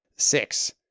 six